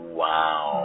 wow